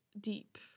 deep